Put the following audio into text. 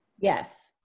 Yes